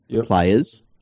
players